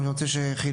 ואני גם רוצה שחבר